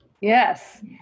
Yes